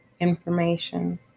information